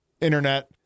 internet